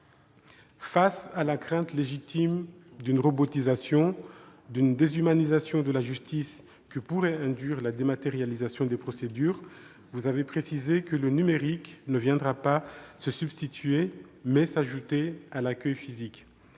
Face à la crainte légitime d'une « robotisation », d'une « déshumanisation » de la justice que pourrait induire la dématérialisation des procédures, vous avez précisé que le numérique ne viendra pas se substituer, mais viendra s'ajouter à l'accueil physique.